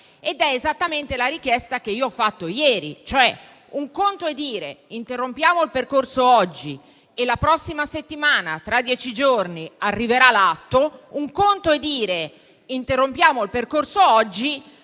È esattamente la richiesta che ho fatto ieri. Un conto è interrompere il percorso oggi e la prossima settimana, tra dieci giorni, arriverà l'atto; un conto è interrompere il percorso oggi